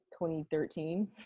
2013